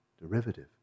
derivative